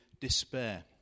despair